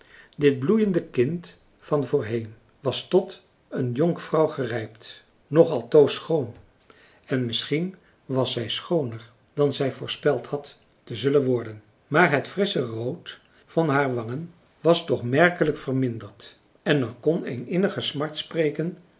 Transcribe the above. dit bloeiende kind van voorheen was tot een jonkvrouw gerijpt nog altoos schoon en misschien was zij schooner dan zij voorspeld had te zullen worden maar het frissche rood van haar wangen was toch merkelijk verminderd en er kon een innige smart spreken